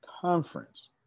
conference